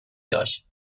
داشت